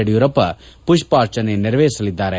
ಯಡಿಯೂರಪ್ಪ ಪುಷ್ಪಾರ್ಚನೆ ನೆರವೇರಿಸಲಿದ್ದಾರೆ